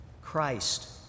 Christ